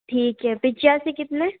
ठीक है पिच्यासी कितने